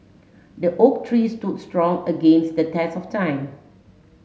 the oak tree stood strong against the test of time